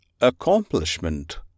Accomplishment